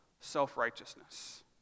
self-righteousness